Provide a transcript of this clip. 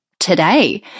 today